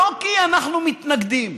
לא כי אנחנו מתנגדים,